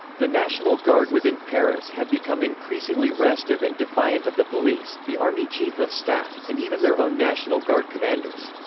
the national guard within paris had become increasingly restive and defiant of the police, the army chief of staff, and even their own national guard commanders.